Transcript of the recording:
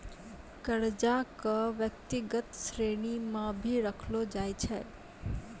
कर्जा क व्यक्तिगत श्रेणी म भी रखलो जाय छै